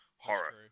Horror